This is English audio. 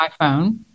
iPhone